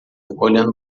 olhando